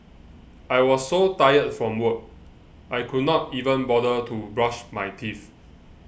I was so tired from work I could not even bother to brush my teeth